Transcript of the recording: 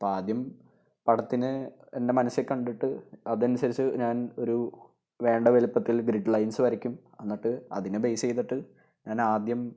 അപ്പോള് ആദ്യം പടത്തിനെ എൻ്റെ മനസ്സിൽ കണ്ടിട്ട് അതനുസരിച്ച് ഞാൻ ഒരു വേണ്ട വലിപ്പത്തില് ഗ്രിഡ് ലൈൻസ് വരയ്ക്കും എന്നിട്ട് അതിനെ ബേസ് ചെയ്തിട്ട് ഞാൻ ആദ്യം